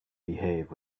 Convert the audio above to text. behave